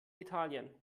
italien